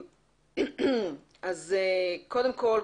אז קודם כל,